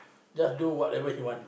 just do whatever he want